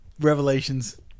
revelations